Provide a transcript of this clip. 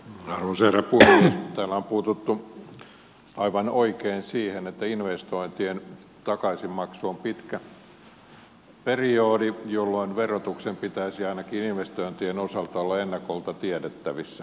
täällä on puututtu aivan oikein siihen että investointien takaisinmaksu on pitkä periodi jolloin verotuksen pitäisi ainakin investointien osalta olla ennakolta tiedettävissä